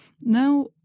Now